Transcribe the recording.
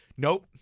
nope,